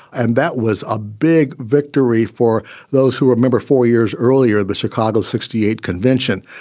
and that was a big victory for those who remember four years earlier, the chicago sixty eight convention,